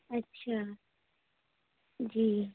اچھا جی